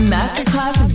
Masterclass